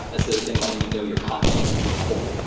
that's the thing about when you know your content, you can do it cold.